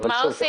שוב,